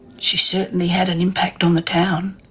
she certainly had an impact on the town.